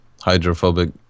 hydrophobic